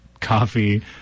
coffee